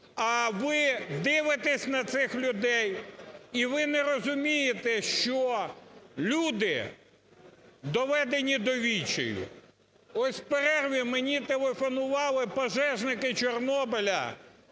а ви дивитесь на цих людей, і ви не розумієте, що люди доведені до відчаю. Ось в перерві мені телефонували пожежники Чорнобиля